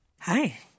Hi